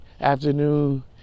afternoon